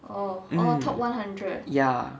mm ya